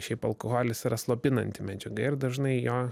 šiaip alkoholis yra slopinanti medžiaga ir dažnai jo